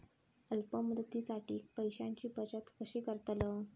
अल्प मुदतीसाठी पैशांची बचत कशी करतलव?